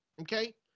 Okay